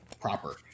proper